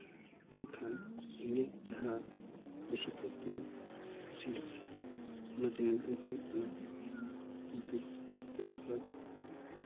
ᱢᱮᱱᱠᱷᱟᱱ ᱤᱧᱟᱹᱜ ᱡᱟᱦᱟᱸ ᱵᱮᱥᱤ ᱠᱟᱭᱛᱮ ᱤᱧ ᱠᱩᱥᱤᱭᱟᱜᱼᱟ ᱚᱱᱟ ᱪᱮᱱᱮᱞ ᱫᱚ ᱦᱩᱭᱩᱜ ᱠᱟᱱᱟ ᱠᱤᱱᱛᱩ ᱫᱮᱥ ᱵᱷᱟᱜᱽ